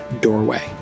doorway